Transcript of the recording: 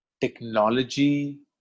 technology